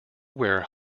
where